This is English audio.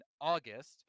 August